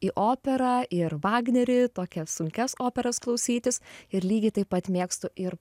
į operą ir vagnerį tokias sunkias operas klausytis ir lygiai taip pat mėgstu ir